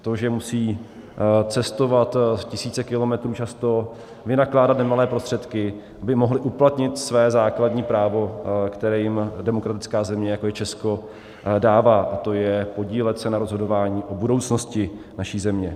To, že musí cestovat tisíce kilometrů často, vynakládat nemalé prostředky, aby mohli uplatnit své základní právo, které jim demokratická země, jako je Česko, dává, a to je podílet se na rozhodování o budoucnosti naší země.